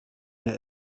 mehr